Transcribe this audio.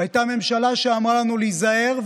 הייתה ממשלה שאמרה לנו להיזהר,